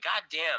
goddamn